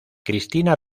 cristina